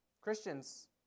Christians